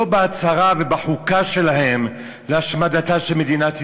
לא בהצהרה ובחוקה שלהם, להשמדתה של מדינת ישראל?